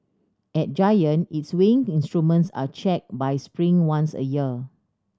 at Giant its weighing instruments are checked by Spring once a year